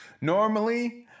Normally